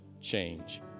change